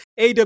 AW